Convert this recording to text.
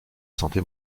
santé